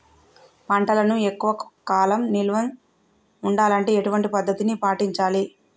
పంటలను ఎక్కువ కాలం నిల్వ ఉండాలంటే ఎటువంటి పద్ధతిని పాటించాలే?